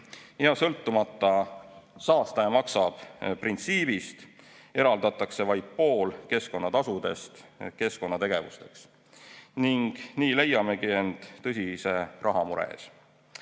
ja sõltumata saastaja-maksab-printsiibist, eraldatakse vaid pool keskkonnatasudest keskkonnategevusteks. Nii leiamegi end tõsise rahamure